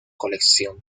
colección